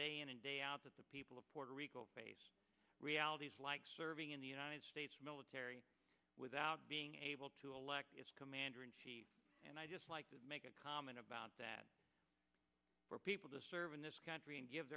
day in and day out that the people of puerto rico face realities like serving in the united states military without being able to elect the commander in chief and i just like to make a comment about that for people to serve in this country and give